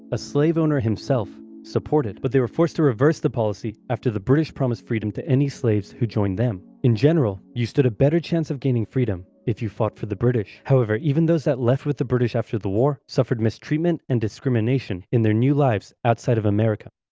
a slave owner himself, supported. but they were forced to reverse the policy after the british promised freedom to any slaves who joined them. in general, you stood a better chance of gaining freedom if you fought for the british. however, even those that left with the british after the war suffered mistreatment and discrimination in their new lives outside of america.